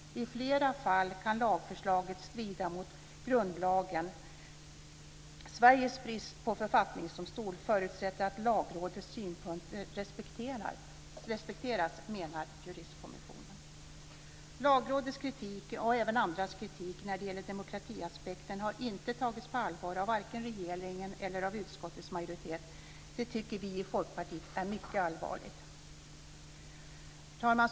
I flera fall kan lagförslaget strida mot grundlagen. Sveriges brist på författningsdomstol förutsätter att Lagrådets synpunkter respekteras, menar juristkommissionen. Lagrådets kritik och även andras kritik när det gäller demokratiaspekten har inte tagits på allvar av vare sig regeringen eller utskottets majoritet. Det tycker vi i Folkpartiet är mycket allvarligt. Fru talman!